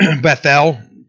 Bethel